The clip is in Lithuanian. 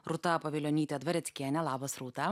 rūta pavilionytė dvareckienė labas rūta